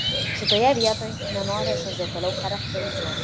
šitoje vietoj nenoriu aš jos detaliau charakterizuoti